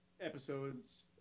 episodes